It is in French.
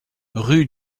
rue